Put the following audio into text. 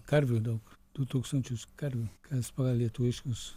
karvių daug du tūkstančius karių kas pagal lietuviškus